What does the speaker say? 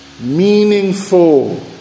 meaningful